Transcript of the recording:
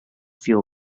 fuel